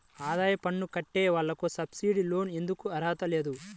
ఆదాయ పన్ను కట్టే వాళ్లకు సబ్సిడీ లోన్ ఎందుకు అర్హత లేదు?